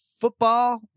football